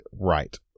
right